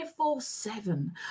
24-7